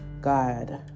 God